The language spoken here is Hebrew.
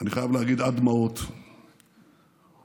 ראשי העדות הדתיות